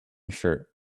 shirt